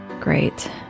Great